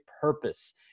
purpose